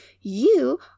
You